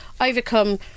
overcome